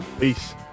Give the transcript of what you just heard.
peace